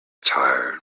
tired